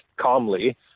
calmly